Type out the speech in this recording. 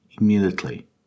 immediately